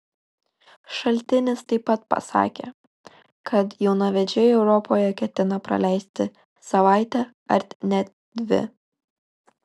šaltinis taip pat pasakė kad jaunavedžiai europoje ketina praleisti savaitę ar net dvi